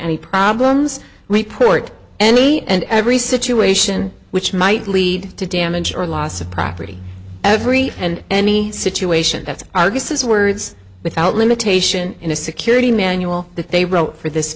any problems report any and every situation which might lead to damage or loss of property every and any situation that's argus is words without limitation in a security manual that they wrote for this